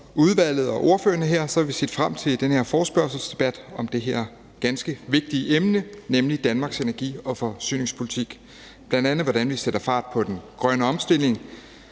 udvalget og ordførerne vil jeg sige, at vi har set frem til den her forespørgselsdebat om det her ganske vigtige emne, nemlig Danmarks energi- og forsyningspolitik. Det handler bl.a. om, hvordan vi sætter fart på den grønne omstilling,